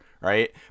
right